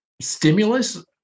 stimulus